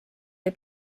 või